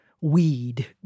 weed